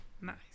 nice